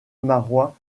marois